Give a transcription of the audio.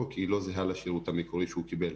כי היא לא זהה לשירות המקורי שהוא קיבל,